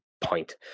point